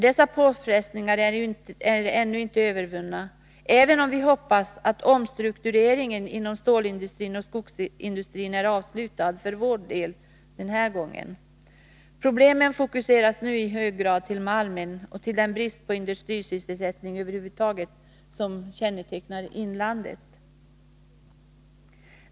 Dessa påfrestningar är ännu inte övervunna, även om vi hoppas att omstruktureringen inom stålindustrin och skogsindustrin är avslutad för vår del den här gången. Problemen fokuseras nu i hög grad på malmen och på den brist på industrisysselsättning över huvud taget som kännetecknar inlandet.